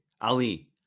Ali